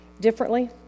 differently